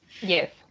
Yes